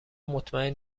مطمئن